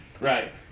Right